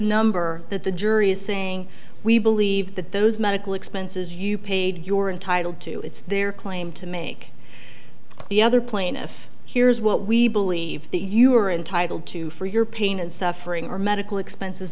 number that the jury is saying we believe that those medical expenses you paid your intitled to it's their claim to make the other plaintiff here's what we believe that you are entitled to for your pain and suffering our medical expenses